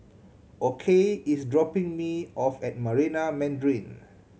Okey is dropping me off at Marina Mandarin